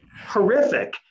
horrific